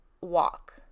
walk